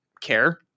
care